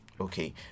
Okay